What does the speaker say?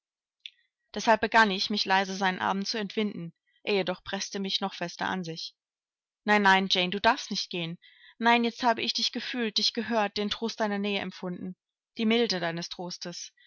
deshalb begann ich mich leise seinen armen zu entwinden er jedoch preßte mich noch fester an sich nein nein jane du darfst nicht gehen nein jetzt habe ich dich gefühlt dich gehört den trost deiner nähe empfunden die milde deines trostes